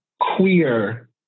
queer